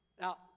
Now